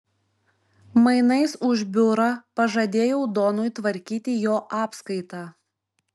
mainais už biurą pažadėjau donui tvarkyti jo apskaitą